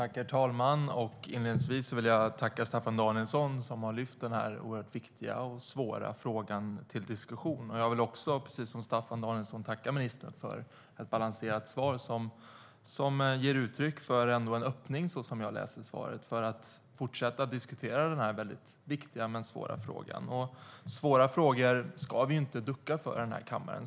Herr talman! Jag vill inledningsvis tacka Staffan Danielsson som har lyft fram denna oerhört viktiga och svåra frågan till diskussion. Jag vill också, precis som Staffan Danielsson, tacka ministern för ett balanserat svar som ändå ger uttryck för en öppning, såsom jag läser svaret, för att fortsätta diskutera denna mycket viktiga men svåra frågan. Svåra frågor ska vi inte ducka för i den här kammaren.